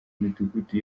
midugudu